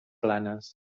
planes